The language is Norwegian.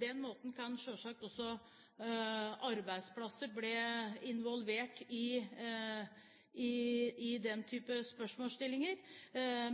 den måten kan selvsagt også arbeidsplasser bli involvert i den type spørsmålsstillinger.